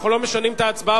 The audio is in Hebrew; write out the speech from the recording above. אנחנו לא משנים את ההצבעה,